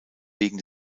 wegen